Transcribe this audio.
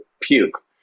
puke